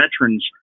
veterans